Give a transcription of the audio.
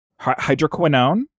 Hydroquinone